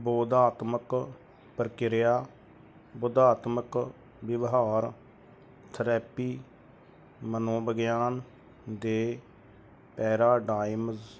ਬੋਧਾਤਮਕ ਪ੍ਰਕਿਰਿਆ ਬੋਧਾਤਮਕ ਵਿਵਹਾਰ ਥਰੈਪੀ ਮਨੋਵਿਗਿਆਨ ਦੇ ਪੈਰਾਡਾਈਮਜ਼